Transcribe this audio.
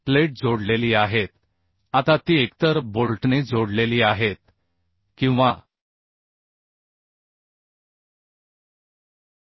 plate जोडलेली आहेत आता ती एकतर बोल्टने जोडलेली आहेत किंवा रिवेट म्हणून कदाचित हे अशा प्रकारे जोडलेले आहे की ही बोल्टची स्थिती आहे आणि आपण ते पाहू